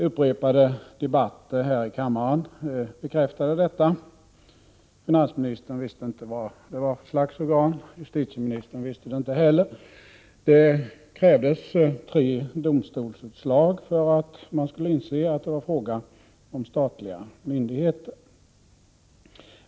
Upprepade debatter här i kammaren bekräftade detta. Finansministern visste inte vad det var för slags organ, och justitieministern visste det inte heller. Det krävdes tre domstols | utslag för att man skulle inse att det var fråga om statliga myndigheter.